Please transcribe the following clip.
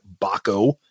Baco